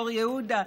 אור יהודה,